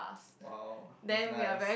!wow! that's nice